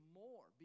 more